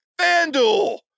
FanDuel